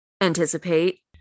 anticipate